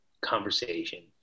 conversation